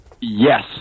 Yes